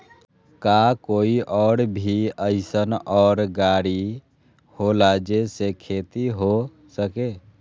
का कोई और भी अइसन और गाड़ी होला जे से खेती हो सके?